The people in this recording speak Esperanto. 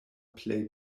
plej